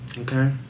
okay